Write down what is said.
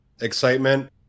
excitement